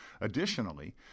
Additionally